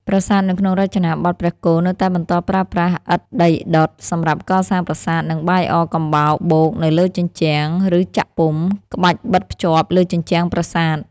ប្រាសាទនៅក្នុងរចនាបថព្រះគោនៅតែបន្តប្រើប្រាស់ឥដ្ឋដីដុត សម្រាប់កសាងប្រាសាទ និងបាយអកំបោរបូកនៅលើជញ្ជាំង ឬចាក់ពុម្ព ក្បាច់បិទភ្ជាប់លើជញ្ជាំងប្រាសាទ។